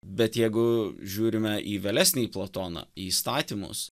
bet jeigu žiūrime į vėlesnį platoną į įstatymus